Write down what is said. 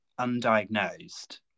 undiagnosed